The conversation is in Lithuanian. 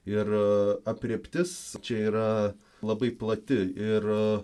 ir aprėptis čia yra labai plati ir